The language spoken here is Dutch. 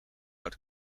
out